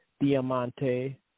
Diamante